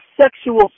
sexual